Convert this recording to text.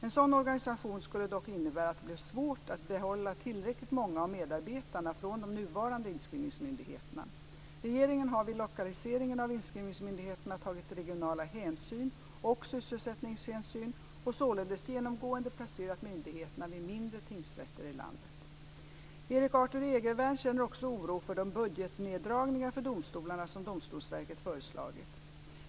En sådan organisation skulle dock innebära att det blev svårt att behålla tillräckligt många av medarbetarna från de nuvarande inskrivningsmyndigheterna. Regeringen har vid lokaliseringen av inskrivningsmyndigheterna tagit regionala hänsyn och sysselsättningshänsyn och således genomgående placerat myndigheterna vid mindre tingsrätter i landet. Erik Arthur Egervärn känner också oro för de budgetneddragningar för domstolarna som Domstolsverket föreslagit.